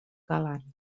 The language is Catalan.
galant